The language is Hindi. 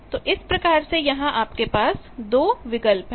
तो इस प्रकार से यहां आपके दो विकल्प हैं